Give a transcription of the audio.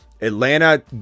Atlanta